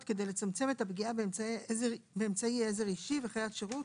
כדי לצמצם את הפגיעה באמצעי עזר אישי וחיית שירות